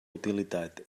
utilitat